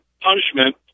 punishment